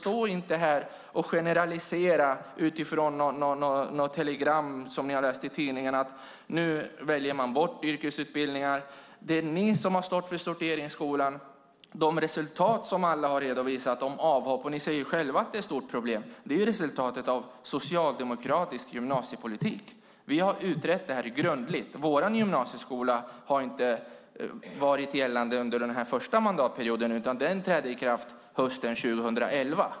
Stå inte här och generalisera utifrån något som ni läst i tidningen om att eleverna nu väljer bort yrkesutbildningarna. Det är ni som har stått för sorteringsskolan. De avhopp som alla har redovisat - ni säger själva att det är ett stort problem - är resultatet av socialdemokratisk gymnasiepolitik. Vi har utrett frågan grundligt. Vår gymnasieskola har inte varit gällande under den förra mandatperioden utan den träder i kraft hösten 2011.